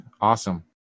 Awesome